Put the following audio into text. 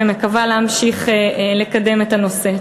ומקווה להמשיך לקדם את הנושא.